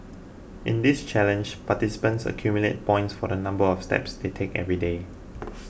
in this challenge participants accumulate points for the number of steps they take every day